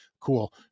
Cool